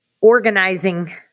organizing